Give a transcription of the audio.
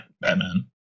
Batman